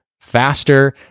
faster